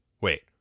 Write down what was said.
Wait